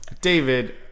David